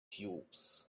cubes